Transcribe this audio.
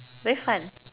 very fun